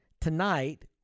tonight